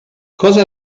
cosa